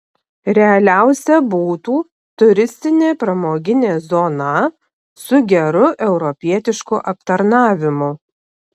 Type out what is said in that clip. realiausia būtų turistinė pramoginė zona su geru europietišku aptarnavimu